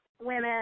women